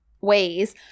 ways